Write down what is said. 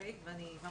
ואני לא